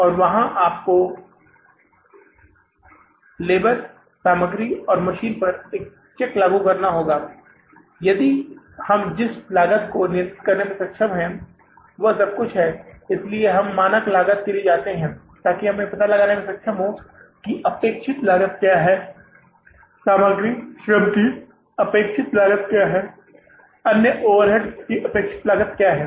और वहां आपको आदमी सामग्री और मशीन पर एक चेक लागू करना होगा अगर हम जिस लागत को नियंत्रित करने में सक्षम हैं वह सब कुछ है इसलिए हम मानक लागत के लिए जाते हैं ताकि हम यह पता लगाने में सक्षम हों कि अपेक्षित लागत क्या है सामग्री श्रम की अपेक्षित लागत क्या है अन्य ओवरहेड्स की अपेक्षित लागत क्या है